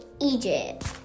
Egypt